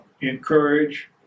encourage